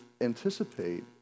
anticipate